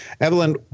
Evelyn